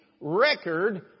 record